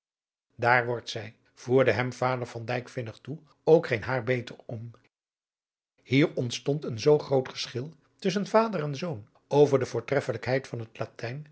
daar wordt zij voerde hem vader van dijk vinnig toe ook geen haar beter om hier ontstond een zoo groot geschil tusschen vader en zoon over de voortreffelijkheid van het latijn